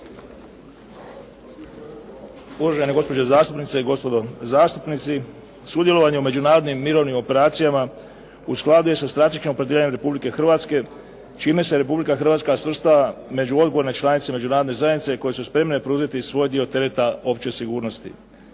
Uvažene gospođe zastupnice i gospodo zastupnici. Sudjelovanje u međunarodnim mirovnim operacijama u skladu je sa strateškim opredjeljenjem Republike Hrvatske čime se Republika Hrvatska svrstava među odgovorne članice međunarodne zajednice koje su spremne preuzeti svoj dio tereta opće sigurnosti.